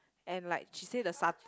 and like she said the sa~